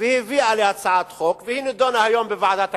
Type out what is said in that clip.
והביאה הצעת חוק, והיא נדונה היום בוועדת הכספים,